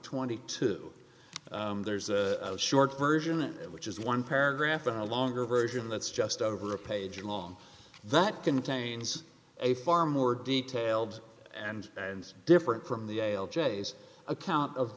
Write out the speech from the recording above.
twenty two there's a short version which is one paragraph in a longer version that's just over a page long that contains a far more detailed and and different from the jays account of